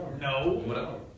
No